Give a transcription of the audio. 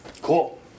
Cool